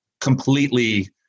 completely